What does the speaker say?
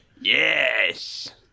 Yes